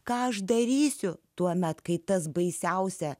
ką aš darysiu tuomet kai tas baisiausia